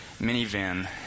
minivan